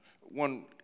one